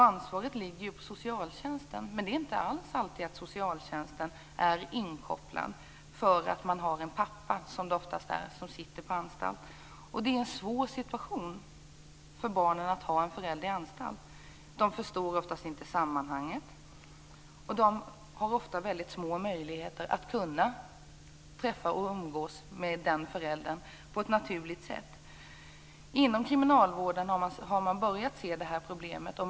Ansvaret ligger på socialtjänsten, men socialtjänsten är inte alltid inkopplad bara för att ett barn har en pappa - det är oftast en pappa - som sitter på anstalt. Det är en svår situation för barnen att ha en förälder på anstalt. De förstår oftast inte sammanhanget. Det har ofta väldigt små möjligheter att träffa och umgås med föräldern på ett naturligt sätt. Man har börjat se detta problem inom kriminalvården.